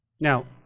Now